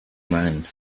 man